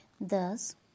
Thus